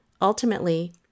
Ultimately